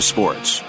Sports